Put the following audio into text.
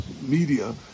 media